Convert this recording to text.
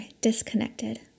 disconnected